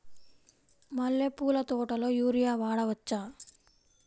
మల్లె పూల తోటలో యూరియా వాడవచ్చా?